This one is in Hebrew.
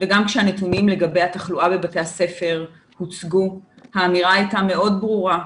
וגם כשהנתונים לגבי התחלואה בבית הספר הוצגו האמירה הייתה מאוד ברורה,